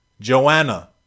Joanna